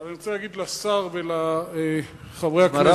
אבל אני רוצה להגיד לשר ולחברי הכנסת: הונאת דברים,